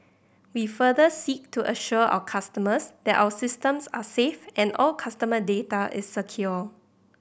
we further seek to assure our customers that our systems are safe and all customer data is secure